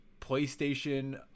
playstation